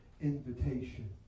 invitation